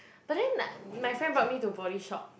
but then like my friend brought me to Body Shop